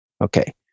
okay